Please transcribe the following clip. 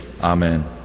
Amen